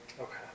Okay